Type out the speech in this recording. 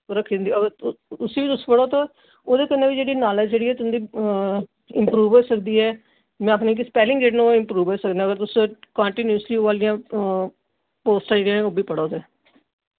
रक्खी दी होंदी अगर उस्सी बी तुस पढ़ो ते ओह्दे कन्नै बी नालेज जेह्ड़ी ऐ तुं'दी इम्प्रूव होई सकदी ऐ में आखनीं कि स्पैलिंग जेह्ड़े न ओह् इम्प्रूव होई सकदे न अगर तुस कांटीन्यूजली ओह् आह्लियां पोस्टां जेह्ड़ियां ऐ ओह् बी पढ़ो ते